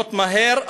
לבנות מהר,